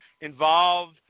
involved